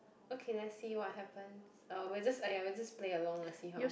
okay let's see what happens or we'll just !aiya! we just play along lah see how